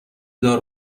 دار